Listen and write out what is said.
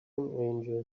angel